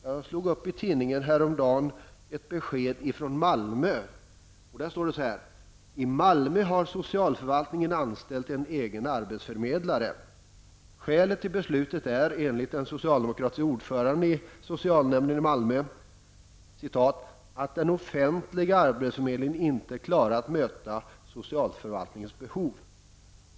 Jag slog häromdagen upp i tidningen ett besked från Malmö. Där står det: I Malmö har socialförvaltningen anställt en egen arbetsförmedlare. Skälet till beslutet är, enligt den socialdemokratiske ordföranden i socialnämnden i Malmö, ''att den offentliga arbetsförmedlingen inte klarar att möta socialförvaltningens behov.''